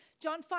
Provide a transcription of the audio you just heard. John